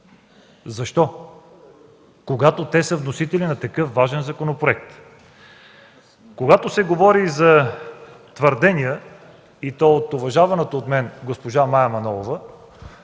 Защо, след като те са вносители на такъв важен законопроект? Когато се говори за твърдения, и то от уважаваната от мен госпожа Мая Манолова,